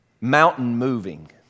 mountain-moving